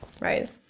right